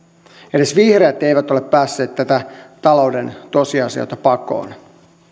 edes vihreät eivät ole päässeet näitä talouden tosiasioita pakoon